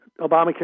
Obamacare